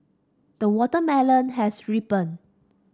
the watermelon has ripen